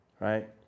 Right